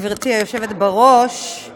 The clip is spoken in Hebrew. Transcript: גברתי היושבת בראש,